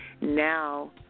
now